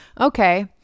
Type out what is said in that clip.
Okay